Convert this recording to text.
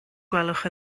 gwelwch